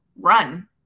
run